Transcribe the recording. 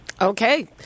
Okay